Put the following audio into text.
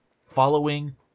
following